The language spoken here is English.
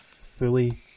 fully